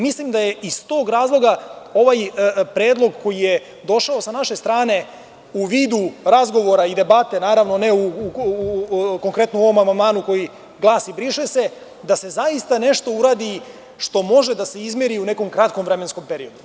Mislim da je iz tog razloga ovaj predlog koji je došao sa naše strane, u vidu razgovora i debate naravno, a ne u konkretno u ovom amandmanu koji glasi: „briše se“, da se zaista nešto uradi što može da se izmeri u nekom kratkom vremenskom periodu.